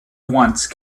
once